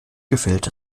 gefällt